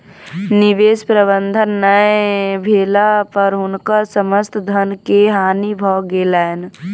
निवेश प्रबंधन नै भेला पर हुनकर समस्त धन के हानि भ गेलैन